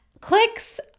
Clicks